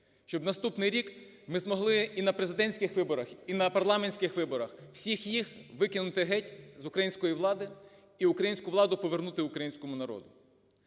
щоб наступний рік ми змогли і на президентських виборах, і на парламентських виборах всіх їх викинути геть з української влади і українську владу повернути українському народу.